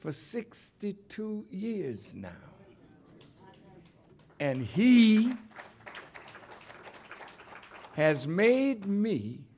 for sixty two years now and he has made me